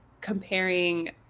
comparing